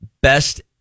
best